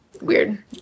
Weird